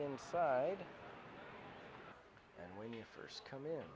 inside and when you first come in